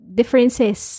differences